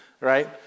right